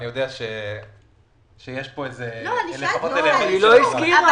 אני יודע שיש פה --- היא לא הזכירה.